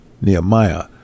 Nehemiah